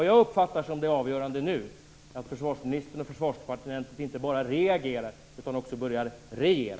Jag uppfattar det som avgörande att försvarsministern och Försvarsdepartementet nu inte bara reagerar, utan också börjar regera.